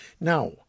Now